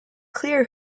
clear